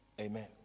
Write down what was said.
Amen